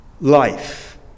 life